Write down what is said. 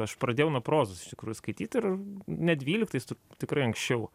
aš pradėjau nuo prozos iš tikrųjų skaityt ir ne dvyliktais ti tikrai anksčiau